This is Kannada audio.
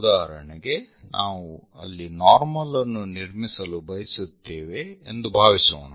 ಉದಾಹರಣೆಗೆ ನಾವು ಅಲ್ಲಿ ನಾರ್ಮಲ್ ಅನ್ನು ನಿರ್ಮಿಸಲು ಬಯಸುತ್ತೇವೆ ಎಂದು ಭಾವಿಸೋಣ